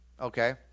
Okay